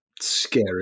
scary